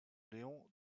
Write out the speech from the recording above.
leon